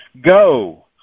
Go